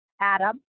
Adam